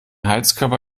heizkörper